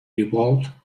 revolved